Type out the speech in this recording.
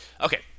Okay